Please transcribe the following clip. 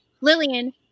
Lillian